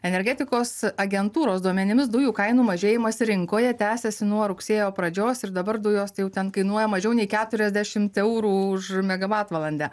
energetikos agentūros duomenimis dujų kainų mažėjimas rinkoje tęsiasi nuo rugsėjo pradžios ir dabar dujos tai jau ten kainuoja mažiau nei keturiasdešimt eurų už megavatvalandę